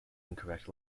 incorrect